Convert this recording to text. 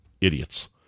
idiots